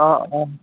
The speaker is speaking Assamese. অঁ অঁ